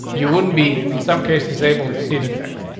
you wouldn't be in some cases able to see the text.